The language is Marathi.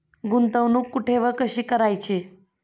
गुंतवणूक कुठे व कशी करायची?